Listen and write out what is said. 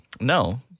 No